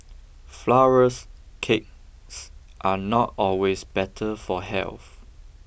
flowers cakes are not always better for health